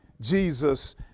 Jesus